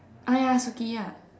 oh ya Sukiya